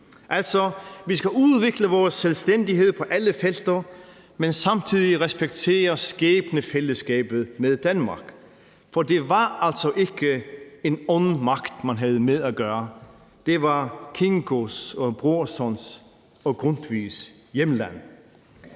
altså, at vi skal udvikle vores selvstændighed på alle felter, men samtidig respektere skæbnefællesskabet med Danmark. For det var altså ikke en ond magt, man havde med at gøre. Det var Kingo, Brorson og Grundtvigs hjemland.